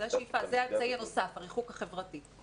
זה האמצעי הנוסף, הריחוק החברתי.